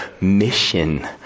mission